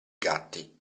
gatti